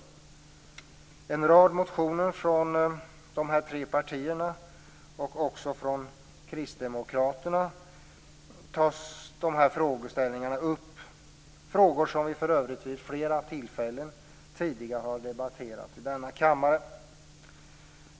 I en rad motioner från dessa tre partier och också från Kristdemokraterna tas dessa frågeställningar upp. Det är frågor som vi för övrigt vid flera tillfällen tidigare har debatterat i denna kammare.